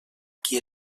qui